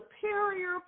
superior